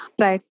Right